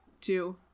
two